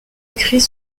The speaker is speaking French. écrits